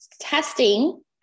Testing